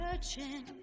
searching